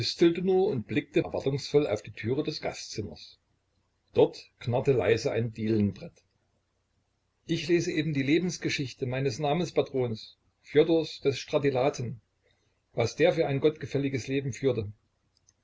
und blickte erwartungsvoll auf die türe des gastzimmers dort knarrte leise ein dielenbrett ich lese eben die lebensgeschichte meines namenspatrons fjodors des stratilaten was der für ein gottgefälliges leben führte